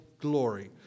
glory